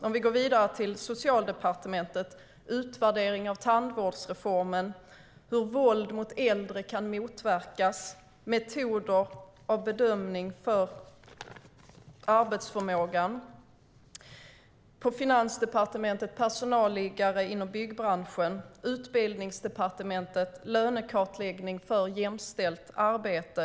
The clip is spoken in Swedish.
Om vi går vidare till Socialdepartementet gäller det utvärdering av tandvårdsreformen, hur våld mot äldre kan motverkas samt metoder för bedömning av arbetsförmågan. På Finansdepartementet gäller det personalliggare inom byggbranschen, och på Utbildningsdepartementet gäller det lönekartläggning för jämställt arbete.